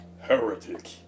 heretic